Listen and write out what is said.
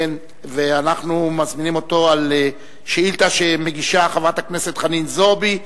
ואנחנו מזמינים אותו לשאילתא שמגישה חברת הכנסת חנין זועבי,